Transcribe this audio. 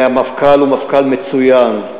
והמפכ"ל הוא מפכ"ל מצוין,